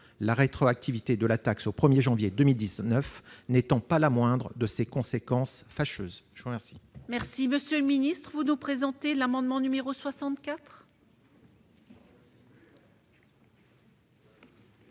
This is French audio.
la rétroactivité de la taxe au 1 janvier 2019 n'étant pas la moindre de ses conséquences fâcheuses.